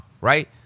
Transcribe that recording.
right